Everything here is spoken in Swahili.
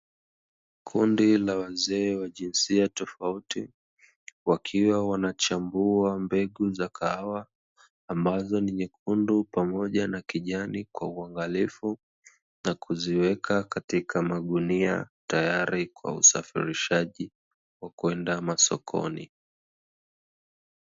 Kundi la wazee wa jinsia tofauti, wakiwa wanachambua mbegu za kahawa, ambazo ni nyekundu pamoja na kijani kwa uangalifu pamoja na kuziweka katika magunia, tayari kwa usafirishaji wa kwenda masokoni.